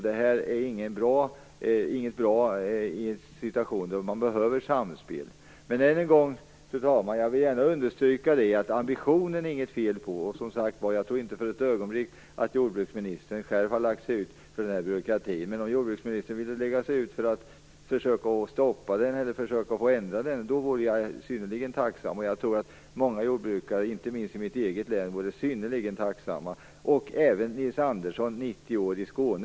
Det är inte en bra situation. Det behövs ju ett samspel. Fru talman! Ännu en gång vill jag gärna understryka att det inte är något fel på ambitionerna. Jag tror, som sagt, inte för ett ögonblick att jordbruksministern själv har lagt sig ut för den här byråkratin. Men om jordbruksministern ville lägga sig ut för att försöka stoppa eller ändra på byråkratin vore jag synnerligen tacksam. Jag tror att många jordbrukare, inte minst i mitt hemlän, skulle vara synnerligen tacksamma. Det gäller även Nils Andersson, 90 år, i Skåne.